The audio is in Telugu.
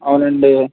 అవునండి